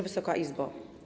Wysoka Izbo!